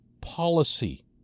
policy